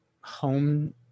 home